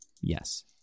Yes